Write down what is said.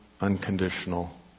unconditional